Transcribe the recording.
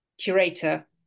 curator